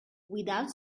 without